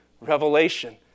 revelation